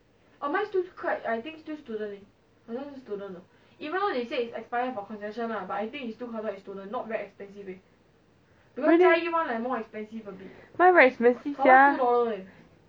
mine very expensive sia